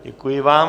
Děkuji vám.